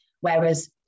Whereas